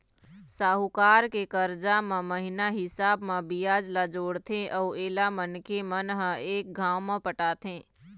साहूकार के करजा म महिना हिसाब म बियाज ल जोड़थे अउ एला मनखे मन ह एक घांव म पटाथें